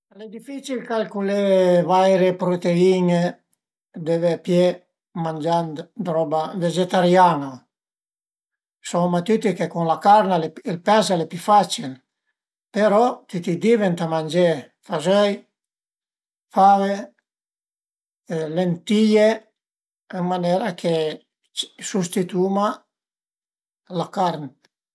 Al e dificil calcülé vaire pruteine dëve pìé mangiand roba vegetariana. Savuma tüti che cun la carn e ël pes al e pi facil, però tüti i di ëntà mangé fazöi, fave, lentìe ën manera chë i sustituma la carn